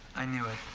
i knew it.